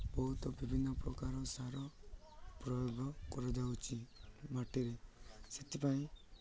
ବହୁତ ବିଭିନ୍ନପ୍ରକାର ସାର ପ୍ରୟୋଗ କରାଯାଉଛି ମାଟିରେ ସେଥିପାଇଁ